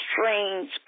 strange